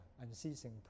unceasing